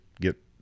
get